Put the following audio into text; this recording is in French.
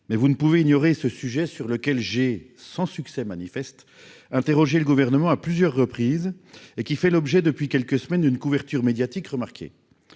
Mais vous ne pouvez ignorer ce sujet sur lequel j'ai sans succès manifeste interrogé le gouvernement à plusieurs reprises et qui fait l'objet depuis quelques semaines une couverture médiatique remarquée